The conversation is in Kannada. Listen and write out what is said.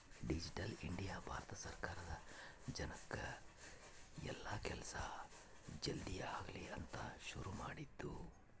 ಡಿಜಿಟಲ್ ಇಂಡಿಯ ಭಾರತ ಸರ್ಕಾರ ಜನಕ್ ಎಲ್ಲ ಕೆಲ್ಸ ಜಲ್ದೀ ಆಗಲಿ ಅಂತ ಶುರು ಮಾಡಿದ್ದು